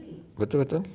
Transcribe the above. betul betul